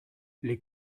les